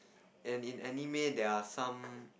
and in anime there are some